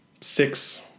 six